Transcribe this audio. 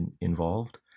involved